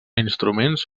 instruments